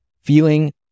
feeling